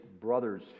brother's